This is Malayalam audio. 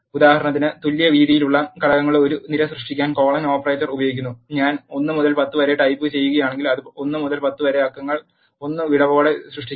ഉദാഹരണത്തിന് തുല്യ വീതിയുള്ള ഘടകങ്ങളുടെ ഒരു നിര സൃഷ്ടിക്കാൻ കോളൻ ഓപ്പറേറ്റർ ഉപയോഗിക്കുന്നു ഞാൻ 1 മുതൽ 10 വരെ ടൈപ്പുചെയ്യുകയാണെങ്കിൽ അത് 1 മുതൽ 10 വരെ അക്കങ്ങൾ 1 വിടവോടെ സൃഷ്ടിക്കും